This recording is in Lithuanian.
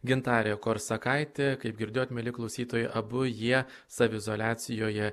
gintarė korsakaitė kaip girdėjot mieli klausytojai abu jie saviizoliacijoje